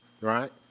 right